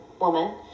woman